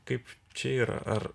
kaip čia yra ar